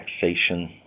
taxation